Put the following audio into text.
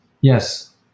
Yes